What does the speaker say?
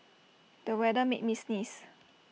the weather made me sneeze